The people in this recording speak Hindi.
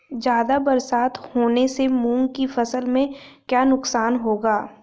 ज़्यादा बरसात होने से मूंग की फसल में क्या नुकसान होगा?